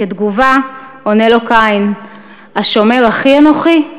כתגובה עונה לו קין: השומר אחי אנוכי?